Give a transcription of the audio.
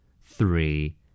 Three